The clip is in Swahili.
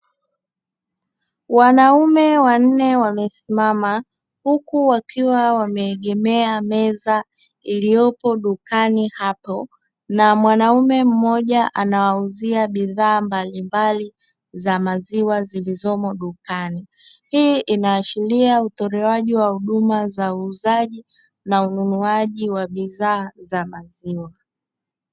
Wanaume wanne wamesimama huku wakiwa wameegemea meza iliyopo dukani hapo na mwanamume mmoja anawauzia bidhaa mbalimbali za maziwa zilizomo dukani, hii inaashiria utolewaji wa huduma za uuzaji na ununuaji wa bidhaa za maziwa .